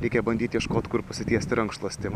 reikia bandyti ieškot kur pasitiesti rankšluostį